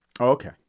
Okay